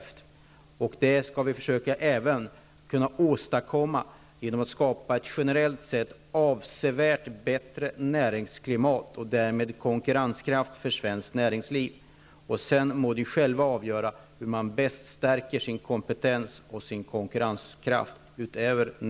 Vi skall försöka åstadkomma detta genom att skapa ett generellt sett avsevärt bättre näringsklimat och därmed konkurrenskraft för svenskt näringsliv. Sedan må man inom industrin själv avgöra hur man bäst stärker kompetensen och konkurrenskraften.